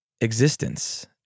existence